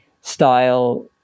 style